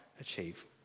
achieve